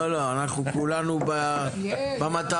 לא, אנחנו כולנו במטרה.